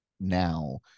now